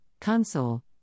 console